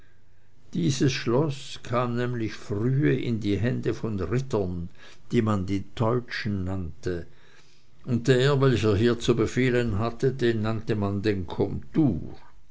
dieses schloß kam nämlich frühe in die hände von rittern die man die teutschen nannte und der welcher hier zu befehlen hatte den nannte man den komtur